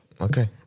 Okay